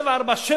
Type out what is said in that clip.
747,